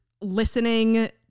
listening